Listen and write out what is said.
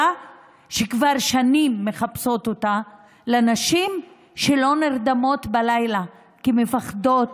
שכבר שנים מחפשות אותה לנשים שלא נרדמות בלילה כי הן מפחדות